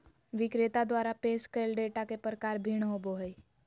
विक्रेता द्वारा पेश कइल डेटा के प्रकार भिन्न होबो हइ